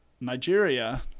Nigeria